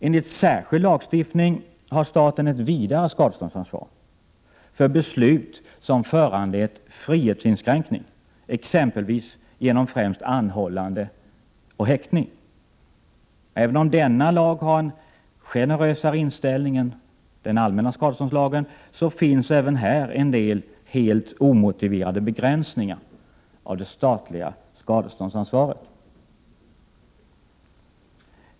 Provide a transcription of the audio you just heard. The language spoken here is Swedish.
Enligt särskild lagstiftning har staten ett vidare skadeståndsansvar för beslut som föranlett frihetsinskränkning, främst genom anhållande och häktning. Även om denna lag har en generösare inställning än den allmänna skadeståndslagen, finns även här en del helt omotiverade begränsningar av det statliga skadeståndsansvaret.